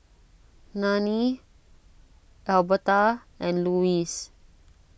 Nanie Alberta and Louis